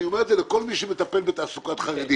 אני אומר את זה לכל מי שמטפל בתעסוקת חרדים.